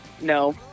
No